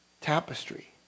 tapestry